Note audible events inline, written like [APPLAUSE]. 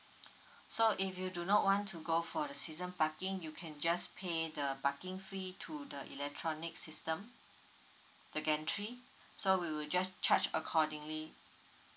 [BREATH] so if you do not want to go for the season parking you can just pay the parking fee to the electronic system the gantry so we will just charge accordingly